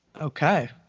Okay